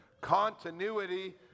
continuity